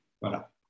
Voilà